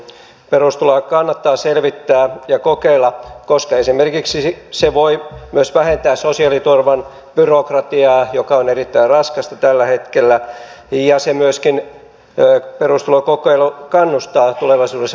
perustuloa kannattaa selvittää ja kokeilla koska se voi myös esimerkiksi vähentää sosiaaliturvan byrokratiaa joka on erittäin raskasta tällä hetkellä ja perustulokokeilu myöskin kannustaa tulevaisuudessa työntekoon